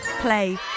play